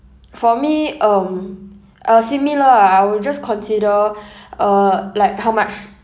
for me um uh similar ah I will just consider uh like how much